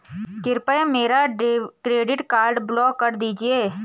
कृपया मेरा credit card block कर दीजिए